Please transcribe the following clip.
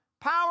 power